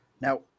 Now